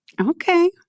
Okay